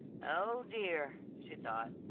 oh, dear, she thought,